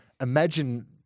Imagine